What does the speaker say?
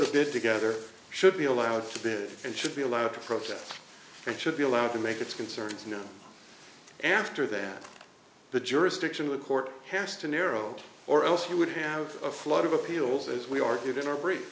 bid together should be allowed to bid and should be allowed to protest and should be allowed to make its concerns known after that the jurisdiction of the court has to narrow or else he would have a flood of appeals as we argued in our brief